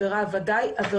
כל הזמן מגיעים אליי עוד ועוד